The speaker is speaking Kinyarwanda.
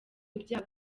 ibyaha